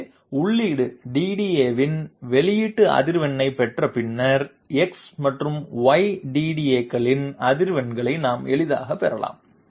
எனவே உள்ளீடு DDAவின் வெளியீட்டு அதிர்வெண்ணைப் பெற்ற பின்னர் x மற்றும் y DDAக்களின் அதிர்வெண்களை நாம் எளிதாகப் பெறலாம்